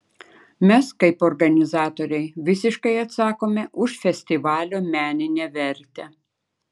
mes kaip organizatoriai visiškai atsakome už festivalio meninę vertę